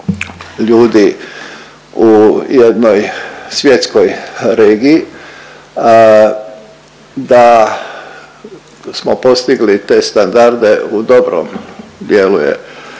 ljudi u jednoj svjetskoj regiji. Da smo postigli te standarde u dobrom dijelu je